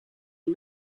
you